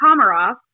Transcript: Komarov